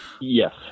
Yes